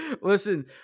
listen